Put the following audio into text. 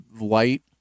light